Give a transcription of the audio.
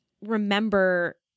remember